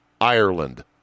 Ireland